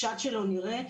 השד שלו נראה?